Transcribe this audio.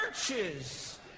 churches